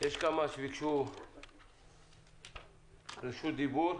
יש כמה שביקשו רשות דיבור.